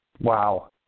Wow